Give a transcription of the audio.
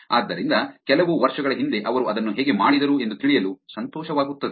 ಆದ್ದರಿಂದ ಕೆಲವು ವರ್ಷಗಳ ಹಿಂದೆ ಅವರು ಅದನ್ನು ಹೇಗೆ ಮಾಡಿದರು ಎಂದು ತಿಳಿಯಲು ಸಂತೋಷವಾಗುತ್ತದೆ